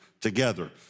together